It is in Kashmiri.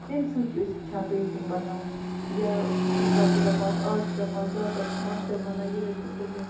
تَمہِ سۭتۍ چھِ أسۍ ہیٚچھان پیٚنٛٹِنٛگ بَناوٕنۍ یا کُنہِ ساتہٕ چھِ دَپان آز چھِ دَپان زیادٕ تَر چھِ ماشٹَر وَنان یِہوٚے سُکوٗل مَنٛز